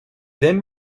then